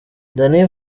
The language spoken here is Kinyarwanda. danny